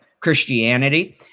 Christianity